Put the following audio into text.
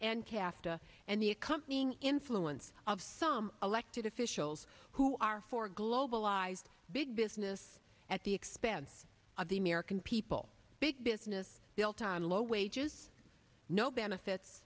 and casta and the accompanying influence of some elected officials who are for globalized big business at the expense of the american people big business they all time low wages no benefits